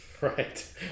Right